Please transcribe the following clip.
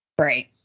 Right